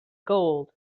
gold